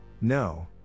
No